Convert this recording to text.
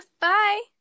Bye